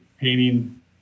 painting